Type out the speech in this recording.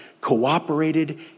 cooperated